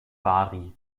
bari